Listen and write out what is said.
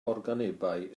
organebau